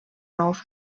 nous